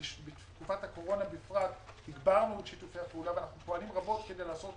בתקופת בקורונה הגברנו את שיתוף הפעולה ופעלנו רבות כדי לעשות